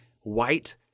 white